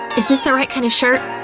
is this the right kind of shirt?